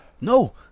No